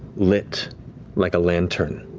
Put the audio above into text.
lit like a lantern